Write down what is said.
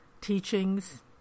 teachings